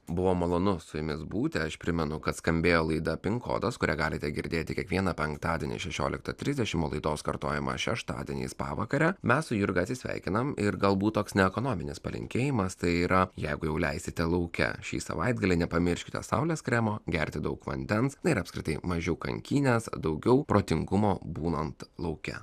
buvo malonu su jumis būti aš primenu kad skambėjo laida pin kodas kurią galite girdėti kiekvieną penktadienį šešioliktą trisdešimt o laidos kartojimą šeštadieniais pavakare mes su jurga atsisveikinam ir galbūt toks ne ekonominės palinkėjimas tai yra jeigu jau leisite lauke šį savaitgalį nepamirškite saulės kremo gerti daug vandens na ir apskritai mažiau kankynės daugiau protingumo būnant lauke